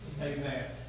Amen